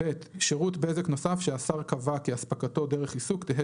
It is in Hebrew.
"(ב) שירות בזק נוסף שהשר קבע כי אספקתו דרך עיסוק תהא